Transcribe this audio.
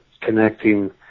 connecting